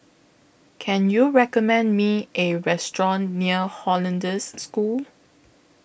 Can YOU recommend Me A Restaurant near Hollandse School